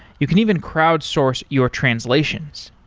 you can even crowd source your translations.